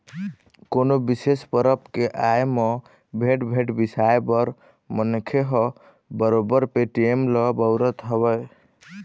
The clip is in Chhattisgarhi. कोनो बिसेस परब के आय म भेंट, भेंट बिसाए बर मनखे ह बरोबर पेटीएम ल बउरत हवय